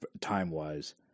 time-wise